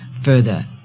further